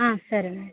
ಹಾಂ ಸರಿ ಮೇಡಮ್